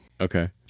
Okay